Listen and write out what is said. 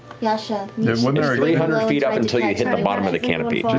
yeah so hundred feet up until you hit the bottom of the canopy,